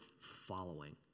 following